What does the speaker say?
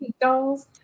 dolls